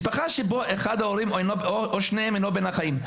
משפחה שבה אחד ההורים או שניהם אינו בין החיים.